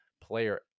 player